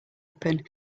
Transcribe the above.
open